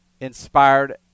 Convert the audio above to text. inspired